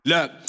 Look